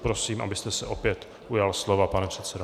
Prosím, abyste se opět ujal slova, pane předsedo.